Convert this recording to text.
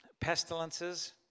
pestilences